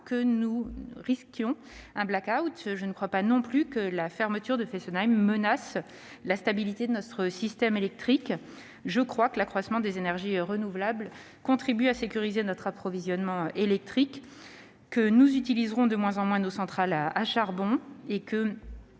-que nous risquions un blackout. Je ne crois pas non plus que la fermeture de Fessenheim menace la stabilité de notre système électrique. Au contraire, je crois que l'accroissement des énergies renouvelables contribue à sécuriser notre approvisionnement électrique et que nous utiliserons de moins en moins nos centrales à charbon.